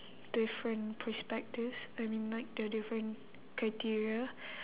different perspectives I mean like there are different criteria